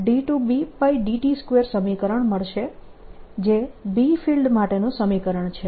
જેથી મને 2B002Bt2 સમીકરણ મળશે જે B ફિલ્ડ માટેનું સમીકરણ છે